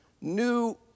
new